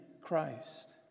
Christ